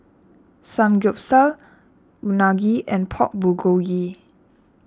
Samgyeopsal Unagi and Pork Bulgogi